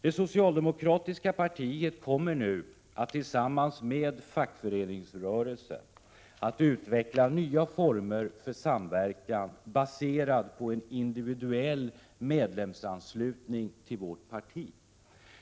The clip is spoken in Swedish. Det socialdemokratiska partiet kommer nu tillsammans med fackföreningsrörelsen att utveckla nya former för en samverkan baserad på en individuell medlemsanslutning till vårt parti.